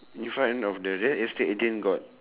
in front of the real estate again got